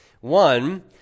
One